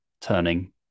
turning